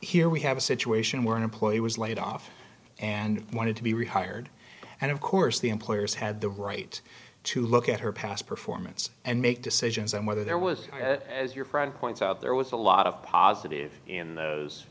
here we have a situation where an employee was laid off and wanted to be rehired and of course the employers had the right to look at her past performance and make decisions and whether there was as your friend points out there was a lot of positive in those